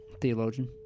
Theologian